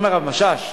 לא מהרב משאש,